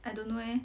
I don't know eh